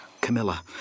Camilla